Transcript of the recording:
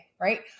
right